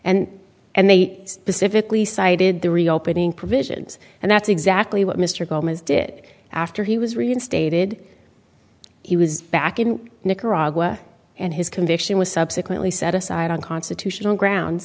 and and they specifically cited the reopening provisions and that's exactly what mr gomes did after he was reinstated he was back in nicaragua and his conviction was subsequently set aside on constitutional ground